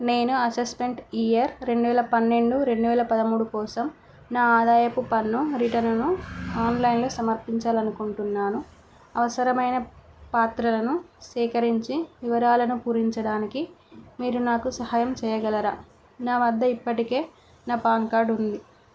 నేను assessment year రెండు వేల పన్నెండు రెండు వేల పదమూడు కోసం నా ఆదాయపు పన్ను రిటనును ఆన్లైన్లో సమర్పించాలి అనుకుంటున్నాను అవసరమైన పాత్రలను సేకరించి వివరాలను పూరించడానికి మీరు నాకు సహాయం చేయగలరా నా వద్ద ఇప్పటికే నా పాన్ కార్డ్ ఉంది